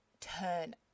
turn